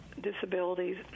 disabilities